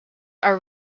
are